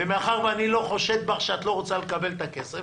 ומאחר שאני לא חושד בך שאת לא רוצה לקבל את הכסף